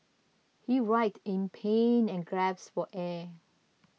he writhed in pain and gasped for air